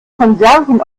konserven